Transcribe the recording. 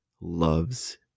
loves